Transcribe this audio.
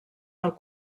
del